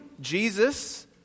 Jesus